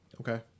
Okay